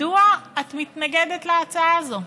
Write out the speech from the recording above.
מדוע את מתנגדת להצעה הזאת?